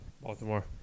Baltimore